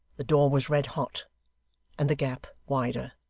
the door was red-hot, and the gap wider.